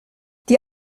die